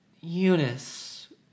Eunice